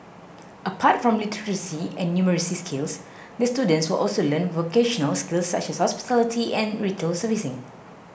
apart from literacy and numeracy skills the students will also learn vocational skills such as hospitality and retail servicing